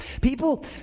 people